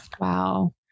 Wow